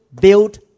build